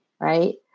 right